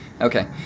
Okay